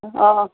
অঁ অঁ